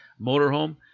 motorhome